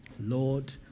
Lord